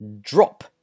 drop